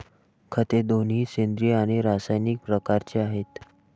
खते दोन्ही सेंद्रिय आणि रासायनिक प्रकारचे आहेत